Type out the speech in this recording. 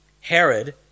Herod